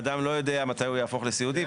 אדם לא יודע מתי הוא יהפוך לסיעודי,